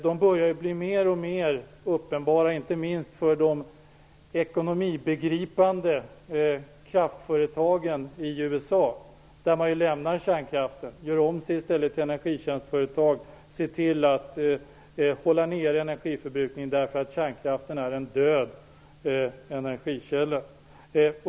De börjar bli mer och mer uppenbara inte minst för de ekonomibegripande kraftföretagen i USA, som lämnar kärnkraften och i stället gör om sig till energitjänstföretag och ser till att hålla nere energiförbrukningen därför att kärnkraften är en död energikälla.